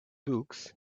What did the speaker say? books